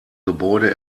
gebäude